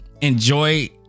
enjoy